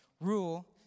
rule